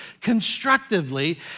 constructively